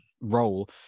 role